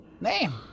name